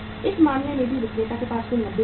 इस मामले में भी विक्रेता के पास कुल 90000 रु